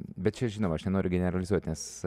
bet čia žinoma aš nenoriu generalizuoti nes